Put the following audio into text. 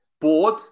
board